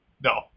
No